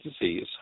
disease